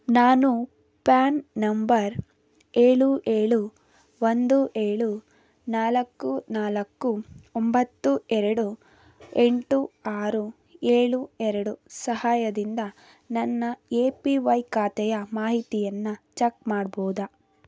ನಾನು PAN number ಏಳು ಏಳು ಒಂದು ಏಳು ನಾಲ್ಕು ನಾಲ್ಕು ಒಂಬತ್ತು ಎರಡು ಎಂಟು ಆರು ಏಳು ಎರಡು ಸಹಾಯದಿಂದ ನನ್ನ ಎ ಪಿ ವೈ ಖಾತೆಯ ಮಾಹಿತಿಯನ್ನು ಚಕ್ ಮಾಡ್ಬೋದಾ